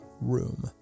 room